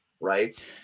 right